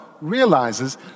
realizes